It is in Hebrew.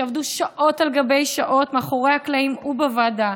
שעבדו שעות על גבי שעות מאחורי הקלעים ובוועדה,